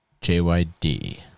JYD